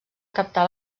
captar